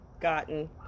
gotten